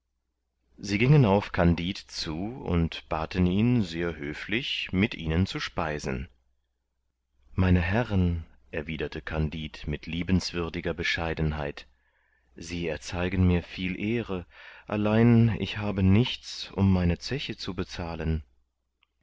sie gingen auf kandid zu und baten ihn sehr höflich mit ihnen zu speisen meine herren erwiderte kandid mit liebenswürdiger bescheidenheit sie erzeigen mit viel ehre allein ich habe nichts um meine zeche zu bezahlen